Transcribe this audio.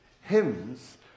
hymns